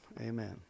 Amen